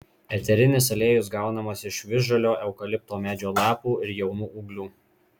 eterinis aliejus gaunamas iš visžalio eukalipto medžio lapų ir jaunų ūglių